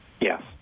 Yes